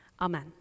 Amen